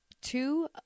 two